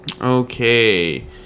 Okay